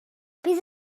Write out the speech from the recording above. bydd